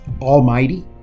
Almighty